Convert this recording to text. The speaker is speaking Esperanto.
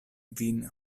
vin